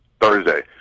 Thursday